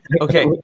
Okay